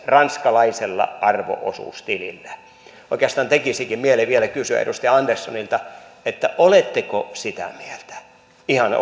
ranskalaisella arvo osuustilillä oikeastaan tekisikin mieli vielä kysyä edustaja anderssonilta että oletteko sitä mieltä ihan